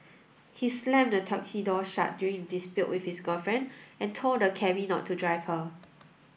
he slammed the taxi door shut during a dispute with his girlfriend and told the cabby not to drive her